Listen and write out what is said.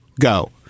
go